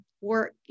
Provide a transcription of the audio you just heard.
work